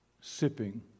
sipping